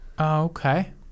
Okay